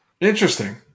interesting